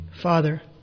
Father